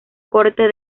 corte